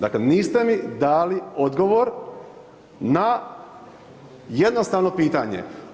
Dakle, niste mi dali odgovor na jednostavno pitanje.